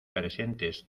presentes